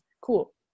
Cool